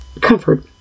comfort